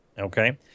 Okay